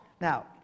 now